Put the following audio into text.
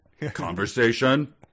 Conversation